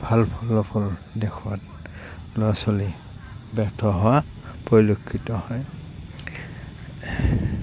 ভাল ফলাফল দেখুওৱাত ল'ৰা ছোৱালী ব্যৰ্থ হোৱা পৰিলক্ষিত হয়